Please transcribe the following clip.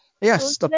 Yes